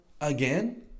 again